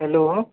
hello